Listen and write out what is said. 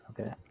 Okay